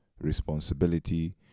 responsibility